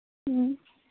ꯎꯝ